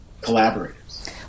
collaborators